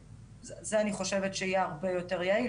זה אני חושבת שיהיה הרבה יותר יעיל,